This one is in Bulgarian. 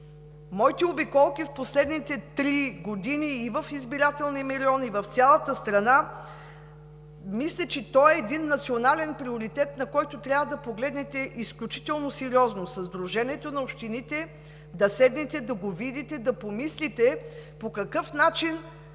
моите обиколки в последните три години в избирателния ми район и в цялата страна – мисля, че това е един национален приоритет, на който трябва да погледнете изключително сериозно, да седнете да го видите със Сдружението на общините, да помислите по какъв начин